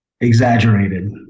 exaggerated